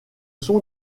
sont